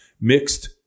mixed